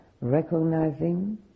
recognizing